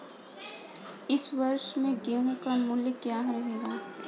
इस वर्ष गेहूँ का मूल्य क्या रहेगा?